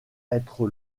être